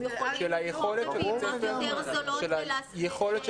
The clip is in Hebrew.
הם יכולים